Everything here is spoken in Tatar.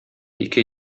ике